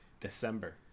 December